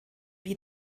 wie